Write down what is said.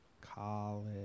college